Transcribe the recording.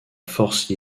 force